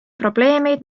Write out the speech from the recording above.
probleemid